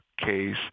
CASE